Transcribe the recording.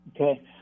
Okay